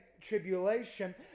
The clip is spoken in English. tribulation